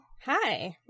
Hi